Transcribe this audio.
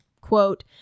quote